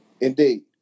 Indeed